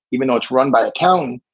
even though it's run by a town,